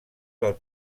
del